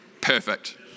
Perfect